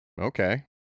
Okay